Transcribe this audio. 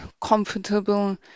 comfortable